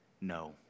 No